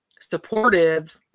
supportive